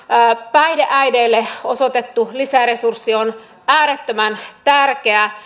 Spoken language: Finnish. päihdeäideille osoitettu lisäresurssi on äärettömän tärkeä